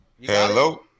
Hello